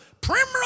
primrose